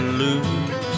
lose